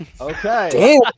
Okay